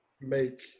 make